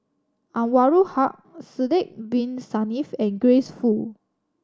Anwarul Haque Sidek Bin Saniff and Grace Fu